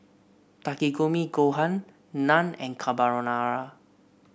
Takikomi Gohan Naan and Carbonara